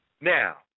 Now